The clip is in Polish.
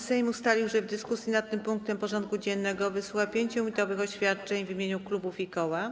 Sejm ustalił, że w dyskusji nad tym punktem porządku dziennego wysłucha 5-minutowych oświadczeń w imieniu klubów i koła.